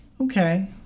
Okay